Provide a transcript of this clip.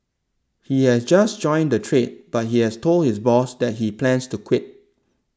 he has just joined the trade but he has told his boss that he plans to quit